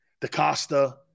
DaCosta